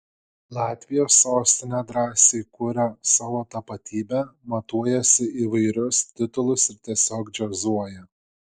latvijos sostinė drąsiai kuria savo tapatybę matuojasi įvairius titulus ir tiesiog džiazuoja